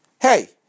hey